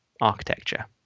architecture